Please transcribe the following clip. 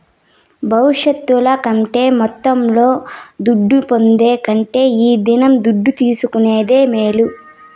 భవిష్యత్తుల అంటే మొత్తంలో దుడ్డు పొందే కంటే ఈ దినం దుడ్డు తీసుకునేదే మేలు